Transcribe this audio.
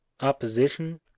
opposition